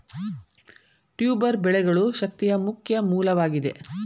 tuber ಬೆಳೆಗಳು ಶಕ್ತಿಯ ಮುಖ್ಯ ಮೂಲವಾಗಿದೆ